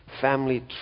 Family